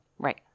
Right